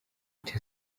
uti